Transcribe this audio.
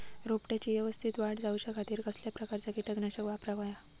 रोपट्याची यवस्तित वाढ जाऊच्या खातीर कसल्या प्रकारचा किटकनाशक वापराक होया?